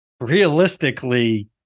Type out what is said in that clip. realistically